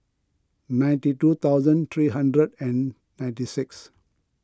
ninety two thousand three hundred and ninety six